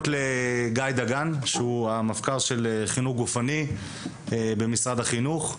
גיא דגן הוא מנהל תחום דעת וממונה על החינוך הגופני במשרד החינוך.